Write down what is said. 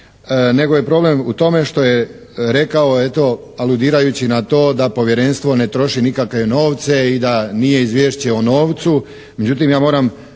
nego je problem u tome što je rekao eto aludirajući na to da Povjerenstvo ne troši nikakve novce i da nije izvješće o novcu.